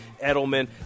Edelman